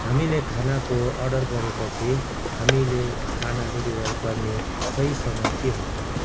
हामीले खानाको अर्डर गरेपछि हामीले खाना डेलिभर गर्ने सही समय के हो